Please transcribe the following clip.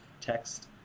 text